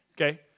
Okay